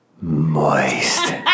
Moist